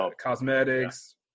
cosmetics